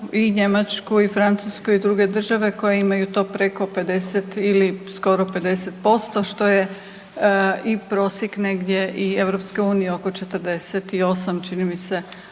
i Njemačku i Francusku i druge države koje imaju to preko 50 ili skoro 50% što je i prosjek negdje i EU oko 40 čini mi se